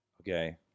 Okay